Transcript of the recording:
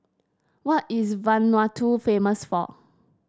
what is Vanuatu famous for